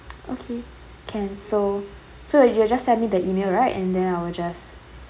okay can so so you you just send me the email right and then I will just